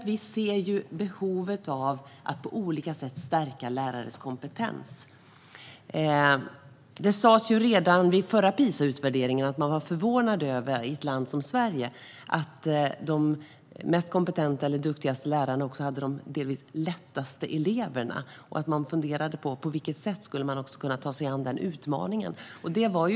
Vi ser ju behovet av att stärka lärares kompetens på olika sätt. Redan vid förra PISA-utvärderingen uttrycktes förvåning över att de mest kompetenta eller duktigaste lärarna, i ett land som Sverige, också hade de delvis lättaste eleverna. Man funderade då på hur man skulle kunna ta sig an den utmaningen.